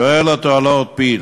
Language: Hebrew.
שואל אותו הלורד פיל,